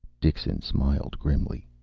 dixon smiled grimly.